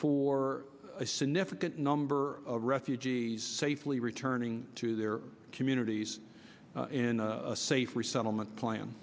for a significant number of refugees safely returning to their communities in a safe resettlement plan